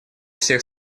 всех